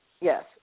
Yes